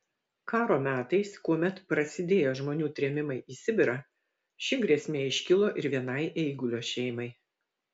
karo metais kuomet prasidėjo žmonių trėmimai į sibirą ši grėsmė iškilo ir vienai eigulio šeimai